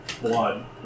blood